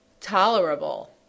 tolerable